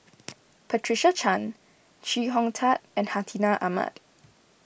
Patricia Chan Chee Hong Tat and Hartinah Ahmad